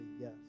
yes